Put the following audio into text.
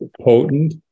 potent